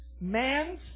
Man's